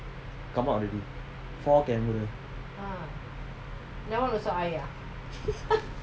come out already four camera